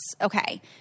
okay